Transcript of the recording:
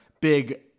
big